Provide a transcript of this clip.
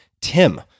TIM